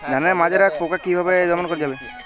ধানের মাজরা পোকা কি ভাবে দমন করা যাবে?